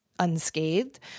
unscathed